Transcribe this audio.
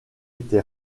été